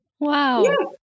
Wow